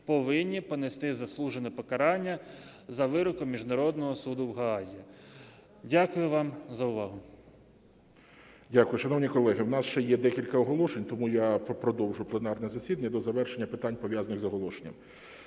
повинні понести заслужене покарання за вироком Міжнародного суду в Гаазі. Дякую вам за увагу. 13:58:04 ГОЛОВУЮЧИЙ. Дякую. Шановні колеги, у нас ще є декілька оголошень, тому я продовжу пленарне засідання до завершення питань, пов'язаних з оголошенням.